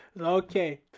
Okay